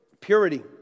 Purity